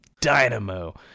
dynamo